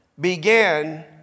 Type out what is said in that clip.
began